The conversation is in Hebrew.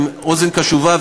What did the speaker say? עם אוזן קשובה,